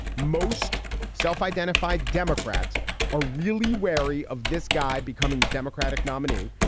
most self-identified democrats are really wary of this guy becoming the democratic nominee.